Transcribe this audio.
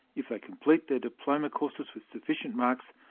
if they complete their diploma courses with sufficient marks,